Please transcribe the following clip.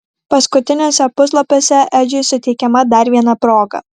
paskutiniuose puslapiuose edžiui suteikiama dar viena proga